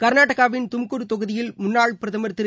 கா்நாடகாவின் தும்குர் தொகுதியில் முன்னாள் பிரதமர் திரு